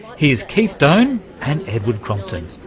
here's keith done and edward crompton.